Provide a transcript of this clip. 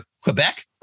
Quebec